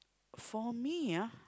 for me ah